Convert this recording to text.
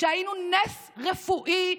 כשהיינו נס רפואי,